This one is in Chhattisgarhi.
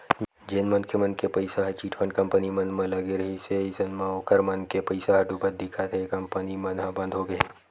जेन मनखे मन के पइसा ह चिटफंड कंपनी मन म लगे रिहिस हे अइसन म ओखर मन के पइसा ह डुबत दिखत हे कंपनी मन ह बंद होगे हे